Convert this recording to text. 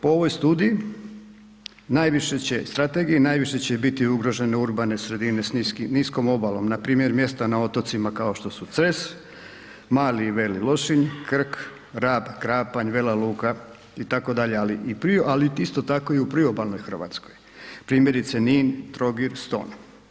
Po ovoj studiji najviše će, strategiji, najviše će biti ugrožene urbane sredine s niskom obalom, npr. mjesta na otocima kao što su Cres, Mali i Veli Lošinj, Krk, Rab, Krapanj, Vela Luka itd., ali isto tako i u priobalnoj Hrvatskoj, primjerice Nin, Trogir, Ston.